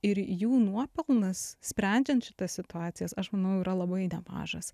ir jų nuopelnas sprendžiant šitas situacijas aš manau yra labai nemažas